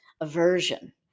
aversion